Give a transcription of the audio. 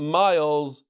miles